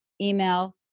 email